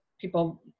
people